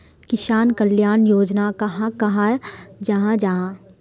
किसान कल्याण योजना कहाक कहाल जाहा जाहा?